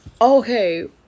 okay